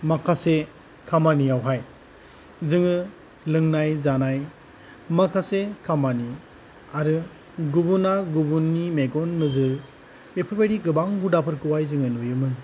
माखासे खामानियावहाय जोङो लोंनाय जानाय माखासे खामानि आरो गुबुना गुबुननि मेगन नोजोर बेफोरबायदि गोबां हुदाफोरखौहाय जोङो नुयोमोन